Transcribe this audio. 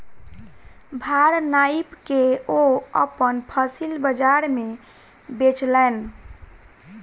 भार नाइप के ओ अपन फसिल बजार में बेचलैन